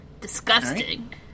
Disgusting